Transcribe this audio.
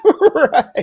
Right